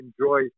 enjoy